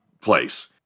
place